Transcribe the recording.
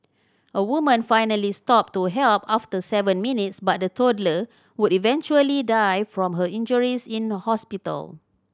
a woman finally stopped to help after seven minutes but the toddler would eventually die from her injuries in hospital